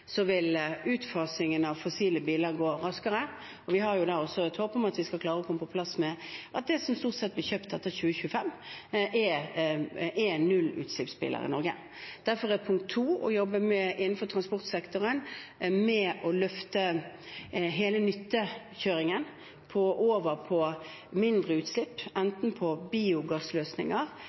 vil utfasingen av fossile biler gå raskere, og vi har også et håp om at vi skal klare å komme på plass med at det som blir kjøpt etter 2025 i Norge, stort sett vil være nullutslippsbiler. Derfor er punkt to å jobbe med innenfor transportsektoren å løfte hele nyttekjøringen over på mindre utslipp, enten på biogassløsninger